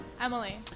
Emily